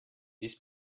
ist